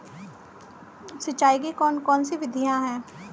सिंचाई की कौन कौन सी विधियां हैं?